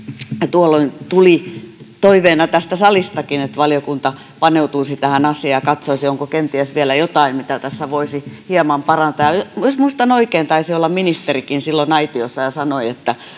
tuolloin tuli toiveena tästä salistakin että valiokunta paneutuisi tähän asiaan ja katsoisi onko kenties vielä jotain mitä tässä voisi hieman parantaa ja jos muistan oikein taisi olla ministerikin silloin aitiossa ja sanoi että